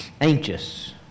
anxious